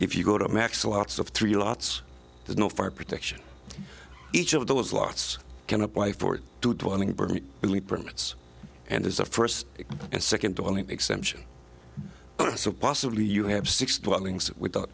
if you go to max lots of three lots there's no fire protection each of those lots can apply for it really permits and is the first and second the only exception so possibly you have